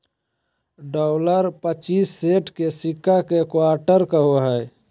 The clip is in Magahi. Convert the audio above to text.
डॉलर पच्चीस सेंट के सिक्का के क्वार्टर कहो हइ